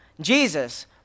Jesus